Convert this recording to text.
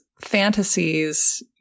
fantasies